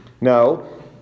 No